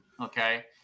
okay